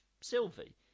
Sylvie